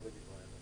בבקשה.